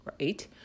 right